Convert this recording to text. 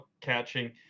catching